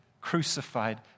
crucified